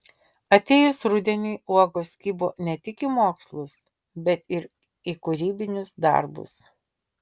atėjus rudeniui uogos kibo ne tik į mokslus bet ir į kūrybinius darbus